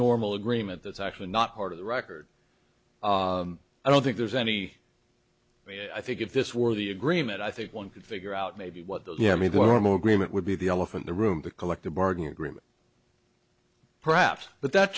normal agreement that's actually not part of the record i don't think there's any i think if this were the agreement i think one could figure out maybe what the yemeni warm agreement would be the elephant the room the collective bargaining agreement perhaps but that